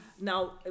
Now